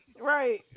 Right